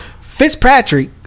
Fitzpatrick